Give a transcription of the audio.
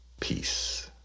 Peace